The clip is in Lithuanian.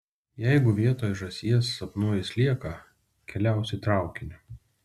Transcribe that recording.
jeigu vietoj žąsies sapnuoji slieką keliausi traukiniu